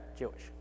Jewish